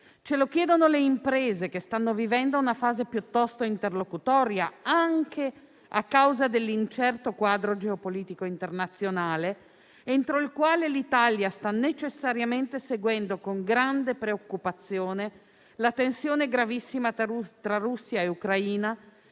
i cittadini e le imprese che stanno vivendo una fase piuttosto interlocutoria, anche a causa dell'incerto quadro geopolitico internazionale all'interno del quale l'Italia sta necessariamente seguendo con grande preoccupazione la tensione gravissima tra Russia e Ucraina,